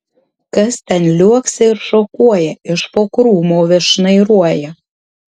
kas ten liuoksi ir šokuoja iš po krūmo vis šnairuoja